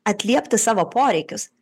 atliepti savo poreikius